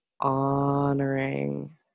honoring